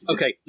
Okay